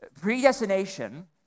predestination